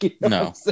No